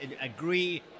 agree